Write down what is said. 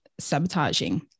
sabotaging